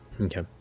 Okay